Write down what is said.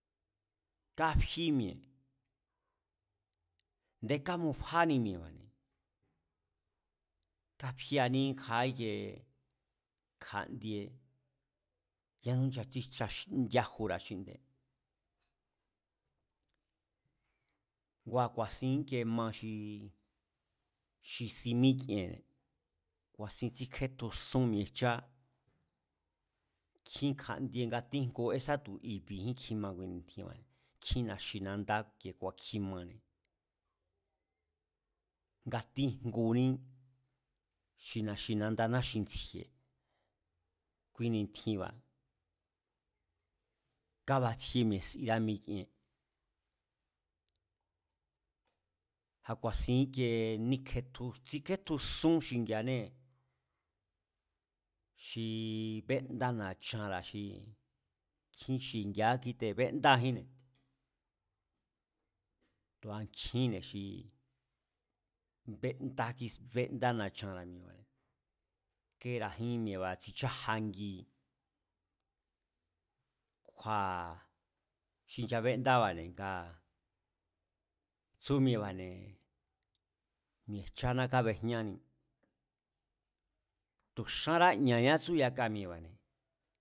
Káfí mi̱e̱, a̱ndé kámufáni mi̱e̱ba̱ne̱, káfíaní íinkja íkiee kja̱ndie yánú nchatsíjcha yájura̱ xinde̱ne̱, ngua̱ ku̱a̱sin íkie ma xi si míkienne̱, ku̱a̱sin tsíkétjusún mi̱e̱jchá, nkjín kja̱ndie ngatíjngu esá tu̱ i̱bi̱ jín kjima kui ni̱tjinba̱ne̱ nkjín na̱xi̱nandá ku̱a̱kjimane̱, ngatíjnguní, xi na̱xi̱nanda náxi̱ntsji̱e̱, kui ni̱tjinba̱ kabatsíé mi̱e̱ sirá mikien, a̱ ku̱a̱sin íkiee níke, tsíkétjusún xingi̱a̱anée̱ xi bendá na̱chanra̱ xi kjín xingi̱a̱á kíte̱ béndájínne̱, tu̱a nkjínne̱ xi bendákis, béndá na̱chanra̱ mi̱e̱ba̱ne̱, kera̱jín mi̱e̱ba̱ tsichájangi kju̱a̱ xi nchabendába̱ne̱ ngaa̱ tsúmi̱e̱ba̱ne̱, mi̱e̱jcháná kábejñáni tu̱ xárá ña̱ñá tsú yaka mi̱e̱ba̱ne̱